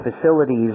facilities